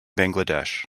bangladesh